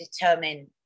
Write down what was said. determine